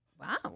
Wow